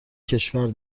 کشور